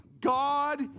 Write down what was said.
God